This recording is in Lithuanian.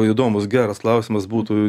įdomūs geras klausimas būtų